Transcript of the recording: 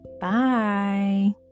Bye